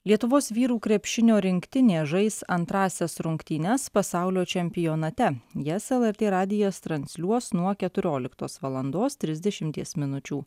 lietuvos vyrų krepšinio rinktinė žais antrąsias rungtynes pasaulio čempionate jas lrt radijas transliuos nuo keturioliktos valandos trisdešimties minučių